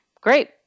great